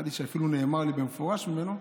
נראה לי שאפילו נאמר לי במפורש ממנו,